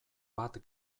bat